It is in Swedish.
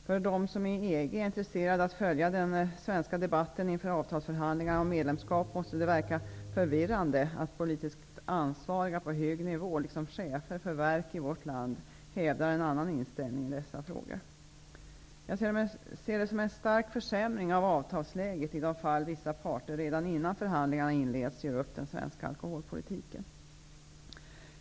För dem som i EG är intresserade av att följa den svenska debatten inför avtalsförhandlingarna om medlemskap måste det verka förvirrande att politiskt ansvariga på hög nivå liksom chefer för verk i vårt land har en annan inställning i dessa frågor. Jag ser det som en stark försämring av avtalsläget i de fall vissa parter redan innan förhandlingarna inleds ger upp den svenska alkoholpolitiken.